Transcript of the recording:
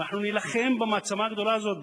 אנחנו נילחם במעצמה הגדולה הזאת,